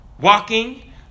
walking